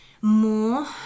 more